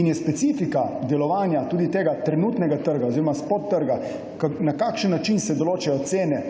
in je specifika delovanja tudi tega trenutnega trga oziroma spot trga, na kakšen način se določajo cene,